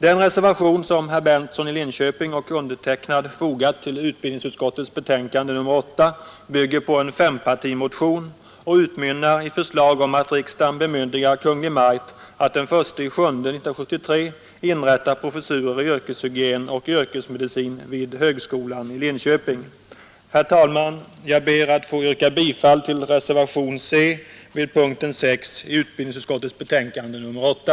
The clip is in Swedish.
Den reservation som herr Berndtson i Linköping och jag själv fogat till utbildningsutskottets betänkande nr 8 bygger på en fempartimotion och utmynnar i förslag om att riksdagen bemyndigar Kungl. Maj:t att den 1 juli 1973 inrätta professurer i yrkeshygien och yrkesmedicin vid högskolan i Linköping. Herr talman! Jag ber att få yrka bifall till reservationen C vid punkten 6 i utbildningsutskottets betänkande nr 8.